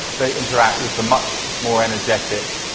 they interact with a much more energetic